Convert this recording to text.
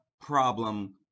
problem